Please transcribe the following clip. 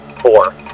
Four